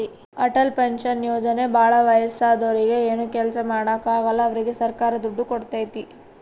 Atal pension ಯೋಜನೆ ಭಾಳ ವಯಸ್ಸಾದೂರಿಗೆ ಏನು ಕೆಲ್ಸ ಮಾಡಾಕ ಆಗಲ್ಲ ಅವ್ರಿಗೆ ಸರ್ಕಾರ ದುಡ್ಡು ಕೋಡ್ತೈತಿ